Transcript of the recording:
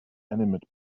inanimate